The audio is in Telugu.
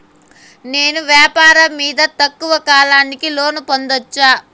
నేను వ్యాపారం మీద తక్కువ కాలానికి లోను పొందొచ్చా?